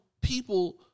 people